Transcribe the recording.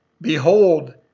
Behold